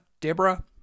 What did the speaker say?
Deborah